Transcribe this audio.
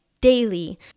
daily